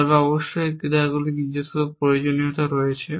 তবে অবশ্যই এই ক্রিয়াগুলির নিজস্ব প্রয়োজনীয়তা রয়েছে